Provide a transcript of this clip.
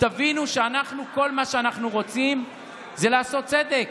תבינו שכל מה שאנחנו רוצים זה לעשות צדק,